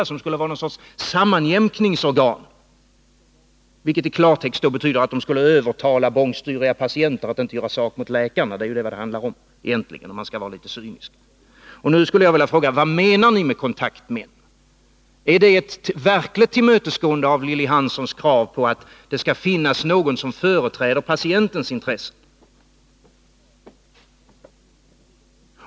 De skulle alltså vara någon sorts sammanjämkningsorgan, vilket i klartext betyder att de skulle övertala bångstyriga patienter att inte söka såk med läkarna. Det är vad det handlar om egentligen, om man skall vara litet cynisk. Nu skulle jag vilja fråga: Vad menar ni med kontaktmän? Är det ett verkligt tillmötesgående av Lilly Hanssons krav att det skall finnas någon som företräder patientens intressen?